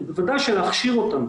וודאי שלהכשיר אותם.